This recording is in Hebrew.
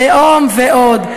לאום ועוד.